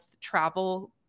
travel